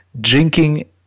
drinking